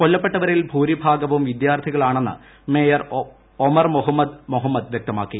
കൊല്ലപ്പെട്ടവരിൽ ഭൂരിഭാഗവും വിദ്യാർത്ഥികളാണെന്ന് മേയർ ഒമർ മൊഹമ്മുദ് മൊഹമ്മദ് വൃക്തമാക്കി